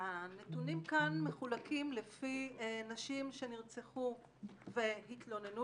הנתונים כאן מחולקים לפי נשים שנרצחו והתלוננות